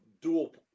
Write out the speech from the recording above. dual